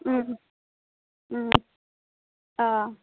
অঁ